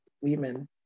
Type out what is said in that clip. women